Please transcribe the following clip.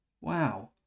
wow